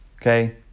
okay